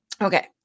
Okay